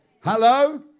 Hello